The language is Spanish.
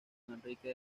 manrique